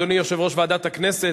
אדוני יושב-ראש ועדת הכנסת,